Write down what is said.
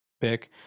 pick